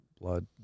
blood